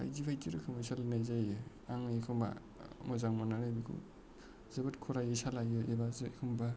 बायदि बायदि रोखोमै सालायनाय जायो आं एखनबा मोजां मोननानै बेखौ जोबोद खरायै सालायो एबा जेखमबा